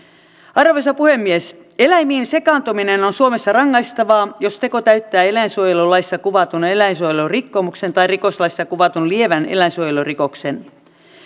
arvoisa puhemies eläimiin sekaantuminen on suomessa rangaistavaa jos teko täyttää eläinsuojelulaissa kuvatun eläinsuojelurikkomuksen tai rikoslaissa kuvatun lievän eläinsuojelurikoksen